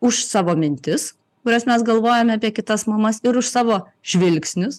už savo mintis kurias mes galvojame apie kitas mamas ir už savo žvilgsnius